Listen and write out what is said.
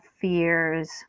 fears